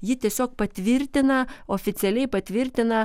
jį tiesiog patvirtina oficialiai patvirtina